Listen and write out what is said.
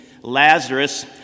Lazarus